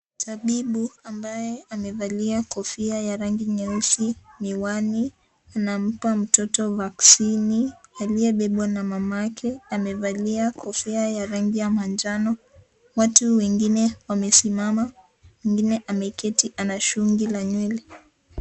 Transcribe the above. Tabibu ambaye amevalia kofia ya rangi nyeusi, miwani. Anampa mtoto vaccini aliyebebwa na mama yake, amevalia kofia ya rangi ya manjano. Watu wengine wamesimama, mwingine ameketi ana shungi la nywele.